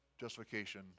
justification